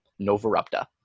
Novarupta